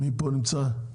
מי נמצא פה?